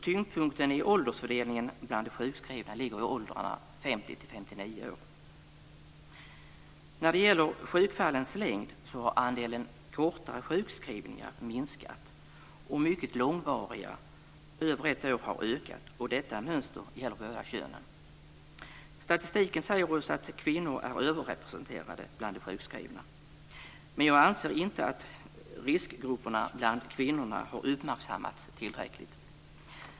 Tyngdpunkten i åldersfördelningen bland de sjukskrivna ligger i åldrarna 50-59 år. När det gäller sjukfallens längd har andelen kortare sjukskrivningar minskat och de mycket långvariga, över ett år, har ökat. Detta mönster gäller båda könen. Statistiken säger oss att kvinnor är överrepresenterade bland de sjukskrivna. Men jag anser inte att riskgrupperna bland kvinnorna har uppmärksammats tillräckligt.